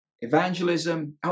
Evangelism